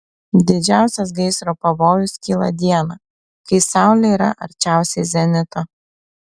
didžiausias gaisro pavojus kyla dieną kai saulė yra arčiausiai zenito